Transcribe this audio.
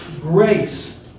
grace